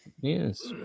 Yes